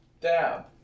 Dab